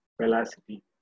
velocity